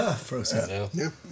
frozen